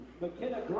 McKenna